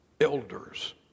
elders